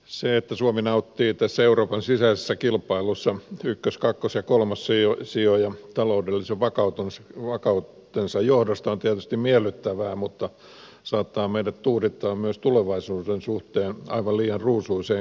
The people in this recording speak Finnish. se että suomi nauttii tässä euroopan sisäisessä kilpailussa ykkös kakkos ja kolmossijoja taloudellisen vakautensa johdosta on tietysti miellyttävää mutta saattaa meidät tuudittaa myös tulevaisuuden suhteen aivan liian ruusuiseen kuvaan